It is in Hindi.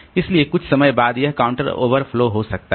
इसलिए कुछ समय बाद यह काउंटर ओवरफ्लो हो सकता है